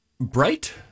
bright